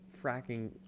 fracking